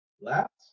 Left